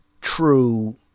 true